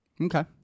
Okay